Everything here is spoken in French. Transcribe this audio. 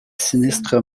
sinistres